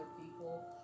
people